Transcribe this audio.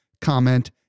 comment